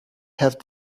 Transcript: have